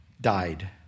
died